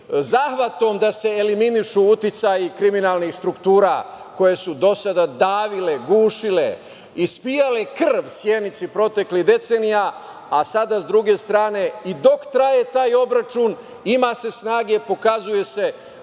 zahvatom da se eliminišu uticaji kriminalnih struktura koje su do sada davile, gušile, ispijale krv Sjenici proteklih decenija, a sada sa druge strane i dok traje taj obračun, ima se snage, pokazuje se